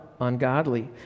ungodly